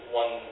one